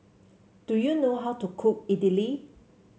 do you know how to cook Idili